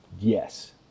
yes